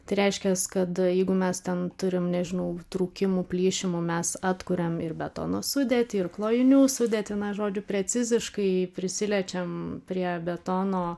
tai reiškias kad jeigu mes ten turim nežinau trūkimų plyšimų mes atkuriam ir betono sudėtį ir klojinių sudėtį na žodžiu preciziškai prisiliečiam prie betono